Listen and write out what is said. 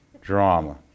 drama